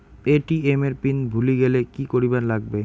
ATM এর pin ভুলি গেলে কি করিবার লাগবে?